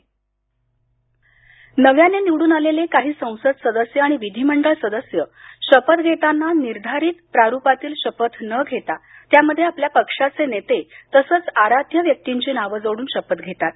राज्यपाल महाराष्ट् नव्याने निवडून आलेले काही संसद सदस्य आणि विधीमंडळ सदस्य शपथ घेताना निर्धारित प्रारुपातील शपथ न घेता त्यामध्ये आपल्या पक्षाचे नेते तसेच आराध्य व्यक्तींची नावे जोडून शपथ घेतात